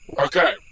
Okay